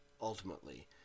ultimately